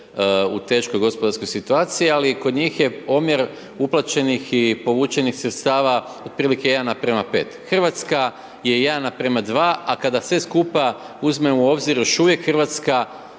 u teškoj gospodarskoj situaciji ali kod njih je omjer uplaćenih i povućenih sredstava otprilike 1:5. Hrvatska je 1:2 a kada sve skupa uzmemo u obzir još uvijek Hrvatska